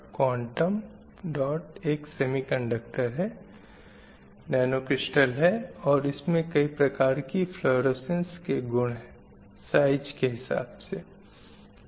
quantum dot एक semiconductor nanocrystal है और इसमें कई प्रकार की फलुओरोसेन्स के गुण हैं इसके साइज़ के हिसाब से